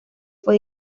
fue